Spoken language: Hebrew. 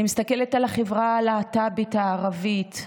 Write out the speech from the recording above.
אני מסתכלת על החברה הלהט"בית הערבית.